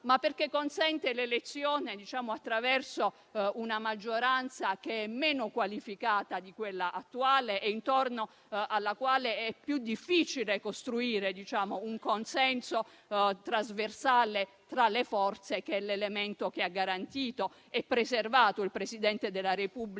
ma perché ne consente l'elezione attraverso una maggioranza meno qualificata di quella attuale e intorno alla quale è più difficile costruire un consenso trasversale tra le forze, che è l'elemento che ha garantito e preservato il Presidente della Repubblica